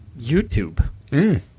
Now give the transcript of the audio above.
YouTube